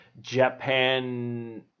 japan